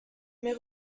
mais